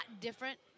different